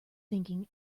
thinking